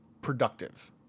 productive